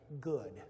good